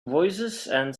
voicesand